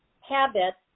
habits